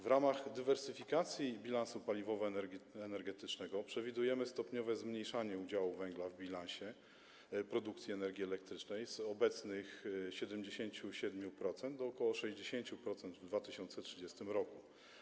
W ramach dywersyfikacji bilansu paliwowo-energetycznego przewidujemy stopniowe zmniejszanie udziału węgla w bilansie produkcji energii elektrycznej z obecnych 77% do ok. 60% w 2030 r.